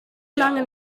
lange